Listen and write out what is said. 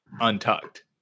untucked